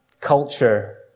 culture